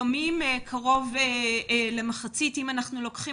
לפעמים קרוב למחצית מהמשכורת אם אנחנו לוקחים